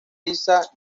lisa